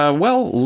ah well,